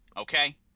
Okay